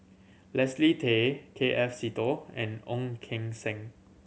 Leslie Tay K F Seetoh and Ong Keng Sen